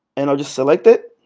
and i'll just select it